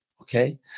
Okay